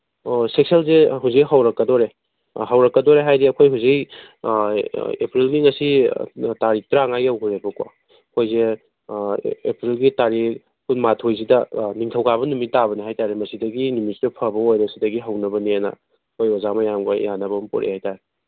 ꯑꯣ ꯁꯦꯁꯟꯁꯦ ꯍꯧꯖꯤꯛ ꯍꯧꯔꯛꯀꯗꯣꯔꯦ ꯍꯧꯔꯛꯀꯗꯣꯔꯦ ꯍꯥꯏꯗꯤ ꯑꯩꯈꯣꯏ ꯍꯧꯖꯤꯛ ꯑꯦꯄ꯭ꯔꯤꯜꯒꯤ ꯉꯁꯤ ꯇꯥꯔꯤꯛ ꯇꯔꯥꯃꯉꯥ ꯌꯧꯒ꯭ꯔꯦꯕꯀꯣ ꯑꯩꯈꯣꯏꯁꯦ ꯑꯦꯄ꯭ꯔꯤꯜꯒꯤ ꯇꯥꯔꯤꯛ ꯀꯨꯟꯃꯥꯊꯣꯏ ꯁꯤꯗ ꯅꯤꯡꯊꯧꯀꯥꯕ ꯅꯨꯃꯤꯠ ꯇꯥꯕꯅꯦ ꯍꯥꯏ ꯇꯥꯔꯦ ꯃꯁꯤꯗꯒꯤ ꯅꯨꯃꯤꯠꯁꯤ ꯐꯕ ꯑꯣꯏꯔꯦ ꯁꯤꯗꯒꯤ ꯍꯧꯅꯕꯅꯦꯅ ꯑꯩꯈꯣꯏ ꯑꯣꯖꯥ ꯃꯌꯥꯝꯒ ꯌꯥꯅꯕꯝ ꯄꯨꯔꯛꯑꯦ ꯍꯥꯏ ꯇꯥꯔꯦ